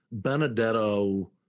Benedetto